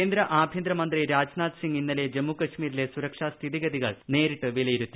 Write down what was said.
കേന്ദ്ര ആഭ്യന്തര മന്ത്രി രാജ്നാഥ് സിംഗ് ഇന്നലെ ജമ്മുകശ്മീരിലെ സുരക്ഷാ സ്ഥിതിഗതികൾ നേരിട്ട് വിലയിരുത്തി